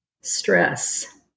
Stress